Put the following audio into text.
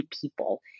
people